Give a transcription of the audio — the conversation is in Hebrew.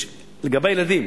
לגבי הילדים,